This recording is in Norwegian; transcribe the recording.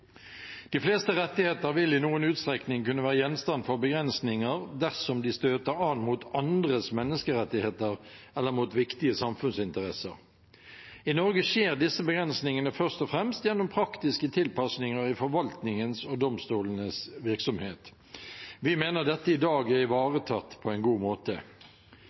De fleste rettigheter vil i noen utstrekning kunne være gjenstand for begrensninger dersom de støter an mot andres menneskerettigheter eller mot viktige samfunnsinteresser. I Norge skjer disse begrensningene først og fremst gjennom praktiske tilpasninger i forvaltningens og domstolenes virksomhet. Vi mener dette i dag er ivaretatt på en god måte.